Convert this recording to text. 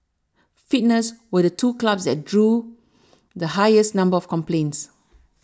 fitness were the two clubs that drew the highest number of complaints